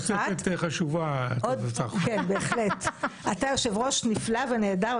אתה יושב-ראש נפלא ונהדר,